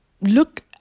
look